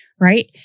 right